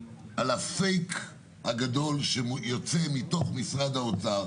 אז אני רק רוצה לציין שאין פה באמת מחלוקת אמיתית בינינו,